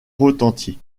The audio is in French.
retentit